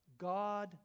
God